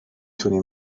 تونی